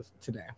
today